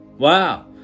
Wow